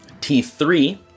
T3